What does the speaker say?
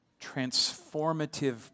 transformative